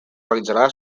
realitzarà